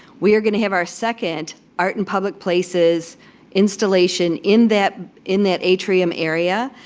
we are going to have our second art in public places installation in that in that atrium area.